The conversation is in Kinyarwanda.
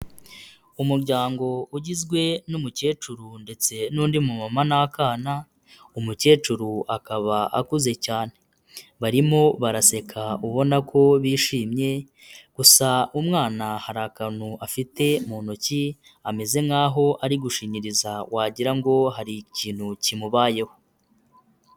Umuryango ugizwe n'umukecuru ndetse n'undi mumama n'akana, umukecuru akaba akuze cyane. Barimo baraseka ubona ko bishimye, gusa umwana hari akantu afite mu ntoki ameze nkaho ari gushinyiriza wagira ngo hari ikintu kimubayeho.